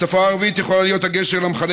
השפה הערבית יכולה להיות הגשר למכנה